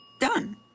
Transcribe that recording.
done